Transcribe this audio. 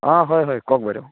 অঁ হয় হয় কওক বাইদেউ